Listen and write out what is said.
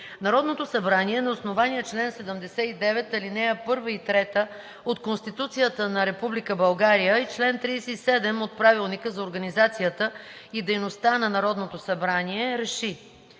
Народното събрание на основание чл. 79, ал. 1 и 3 от Конституцията на Република България и чл. 37 от Правилника за организацията и дейността на Народното събрание РЕШИ: